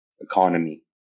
economy